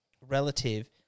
relative